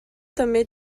també